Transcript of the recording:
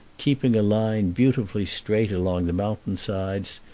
keeping a line beautifully straight along the mountain-sides,